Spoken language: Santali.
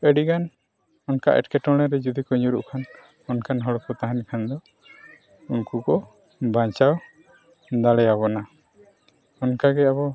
ᱟᱹᱰᱤ ᱜᱟᱱ ᱚᱱᱠᱟ ᱮᱴᱠᱮᱴᱚᱬᱮ ᱨᱮ ᱡᱚᱫᱤ ᱠᱚ ᱧᱩᱨᱦᱩᱜ ᱠᱷᱟᱱ ᱚᱱᱠᱟᱱ ᱦᱚᱲ ᱠᱚ ᱛᱟᱦᱮᱱ ᱠᱷᱟᱱ ᱫᱚ ᱩᱱᱠᱩ ᱠᱚ ᱵᱟᱧᱪᱟᱣ ᱫᱟᱲᱮ ᱟᱵᱚᱱᱟ ᱚᱱᱠᱟᱜᱮ ᱟᱵᱚ